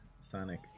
Sonic